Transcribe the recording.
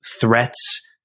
threats